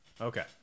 Okay